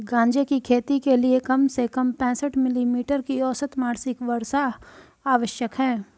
गांजे की खेती के लिए कम से कम पैंसठ मिली मीटर की औसत मासिक वर्षा आवश्यक है